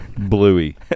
Bluey